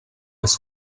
bez